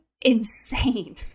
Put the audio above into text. insane